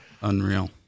Unreal